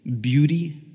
beauty